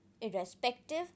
Irrespective